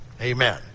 Amen